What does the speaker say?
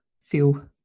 feel